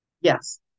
Yes